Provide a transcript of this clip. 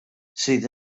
sydd